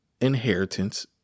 inheritance